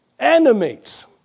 animates